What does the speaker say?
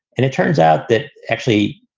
and it turns out that actually.